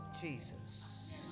Jesus